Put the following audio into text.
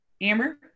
amber